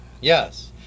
Yes